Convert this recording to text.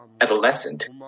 adolescent